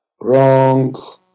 Wrong